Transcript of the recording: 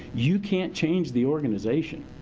you can't change the organization.